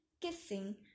kissing